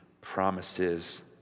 promises